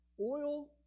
Oil